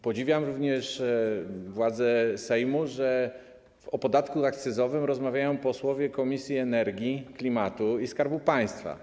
Podziwiam również władze Sejmu, że o podatku akcyzowym rozmawiają posłowie komisji energii, klimatu i Skarbu Państwa.